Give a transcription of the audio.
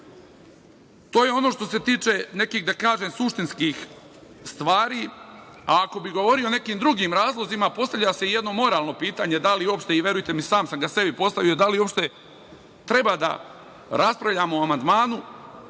je ono što se tiče, da kažem, nekih suštinskih stvari, a ako bih govorio o nekim drugim razlozima, postavlja se jedno moralno pitanje, da li uopšte i verujte mi sam sam ga sebi postavio, da li uopšte treba da raspravljamo o amandmanu